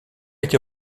été